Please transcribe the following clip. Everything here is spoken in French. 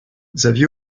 xavier